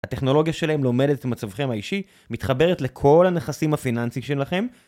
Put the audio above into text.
הטכנולוגיה שלהם לומדת את מצבכם האישי, מתחברת לכל הנכסים הפיננסי שלכם.